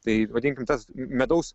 tai vadinkim tas medaus